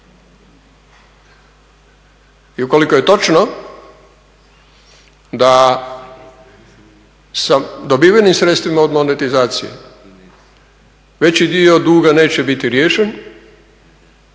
I ukoliko je točno da sa dobivenim sredstvima od monetizacije veći dio duga neće biti riješen,